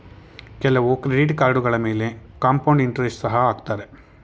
ಕೆಲವು ಕ್ರೆಡಿಟ್ ಕಾರ್ಡುಗಳ ಮೇಲೆ ಕಾಂಪೌಂಡ್ ಇಂಟರೆಸ್ಟ್ ಸಹ ಹಾಕತ್ತರೆ